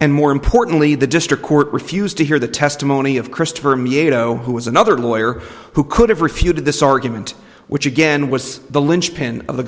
and more importantly the district court refused to hear the testimony of christe permeate oh who is another lawyer who could have refuted this argument which again was the